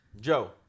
Joe